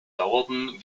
dauerten